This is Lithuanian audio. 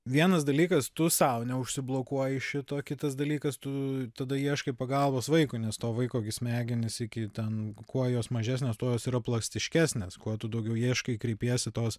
vienas dalykas tu sau neužsiblokuoji šito kitas dalykas tu tada ieškai pagalbos vaikui nes to vaiko gi smegenys iki ten kuo jos mažesnės tuo jos yra plastiškesnės kuo tu daugiau ieškai kreipiesi tos